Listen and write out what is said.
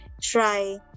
try